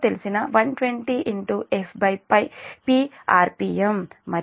6 rpm